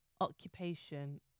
occupation